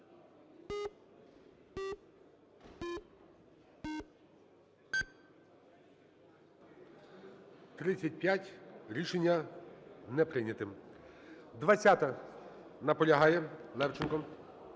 За-35 Рішення не прийнято. 20-а. Наполягає Левченко.